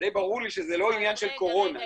די ברור לי שזה לא עניין של קורונה -- יניב,